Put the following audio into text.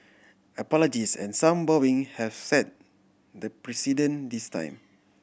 apologies and some bowing have set the precedent this time